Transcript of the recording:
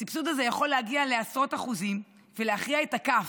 הסבסוד הזה יכול להגיע לעשרות אחוזים ולהכריע את הכף,